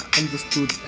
understood